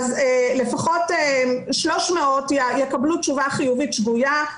לפחות 300 יקבלו תשובה חיובית שגויה,